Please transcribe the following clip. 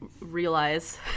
realize